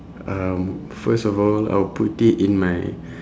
um first of all I'll put it in my